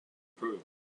protocols